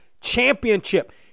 championship